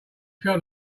felt